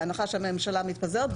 בהנחה שהממשלה מתפזרת,